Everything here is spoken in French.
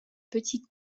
petit